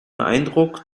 eindruck